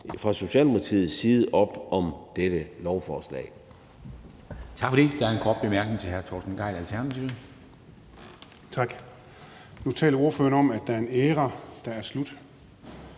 fra Socialdemokratiets side op om dette lovforslag.